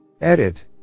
Edit